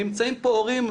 נמצאים פה הורים,